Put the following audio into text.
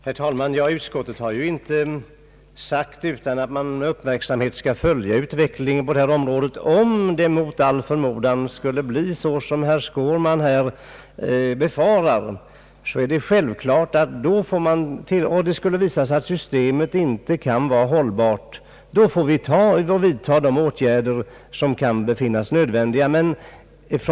Herr talman! Utskottet har ju sagt att man skall följa utvecklingen på det ta område med uppmärksamhet. Om den mot all förmodan skuile bli som herr Skårman befarar och det föreslagna systemet inte visar sig hållbart är det självklart att de åtgärder som då bedöms nödvändiga måste vidtagas.